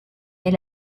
est